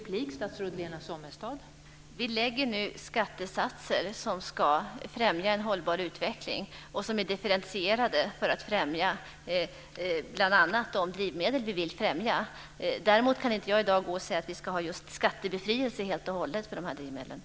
Fru talman! Vi föreslår nu skattesatser som ska främja en hållbar utveckling och som är differentierade för att främja bl.a. de drivmedel som Eskil Erlandsson vill främja. Däremot kan jag inte i dag säga att vi ska ha skattebefrielse helt och hållet för dessa drivmedel.